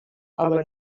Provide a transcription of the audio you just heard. aber